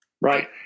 Right